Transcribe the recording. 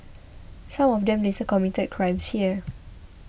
some of them later committed crimes here